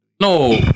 No